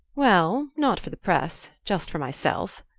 well not for the press just for myself,